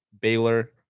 Baylor